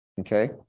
okay